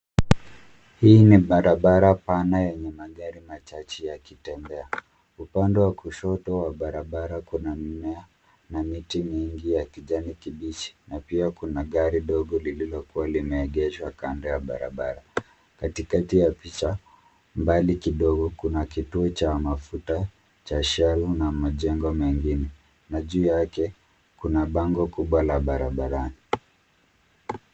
Hii ni barabara pana yenye magari machache yakitembea. Upande wa kushoto wa barabara kuna mimea na miti mingi ya kijani kibichi na pia kuna gari dogo lililokuwa limeegeshwa kando ya barabara. Katikati ya picha, mbali kidogo kuna kituo cha mafuta cha shell na majengo mengine. Na juu yake kuna bango kubwa la barabarani.